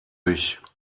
sich